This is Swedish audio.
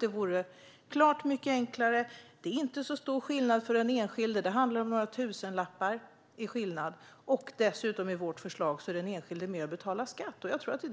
Det vore klart mycket enklare. Det är inte så stor skillnad för den enskilde. Det handlar om några tusenlappar. I vårt förslag är den enskilde dessutom med och betalar skatt.